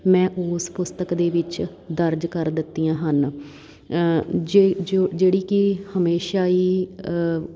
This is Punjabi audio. ਮੈਂ ਉਸ ਪੁਸਤਕ ਦੇ ਵਿੱਚ ਦਰਜ ਕਰ ਦਿੱਤੀਆਂ ਹਨ ਜੇ ਜੋ ਜਿਹੜੀ ਕਿ ਹਮੇਸ਼ਾ ਹੀ